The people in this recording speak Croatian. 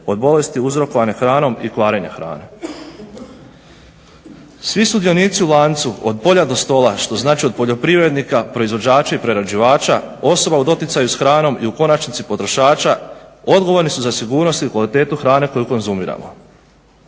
od bolesti uzrokovane hranom i kvarenje hrane. Svi sudionici u lancu od polja do stola, što znači od poljoprivrednika, proizvođača i prerađivača, osoba u doticaju s hranom i u konačnici potrošača, odgovorni su za sigurnost i kvalitetu hrane koju konzumiramo.